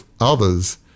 others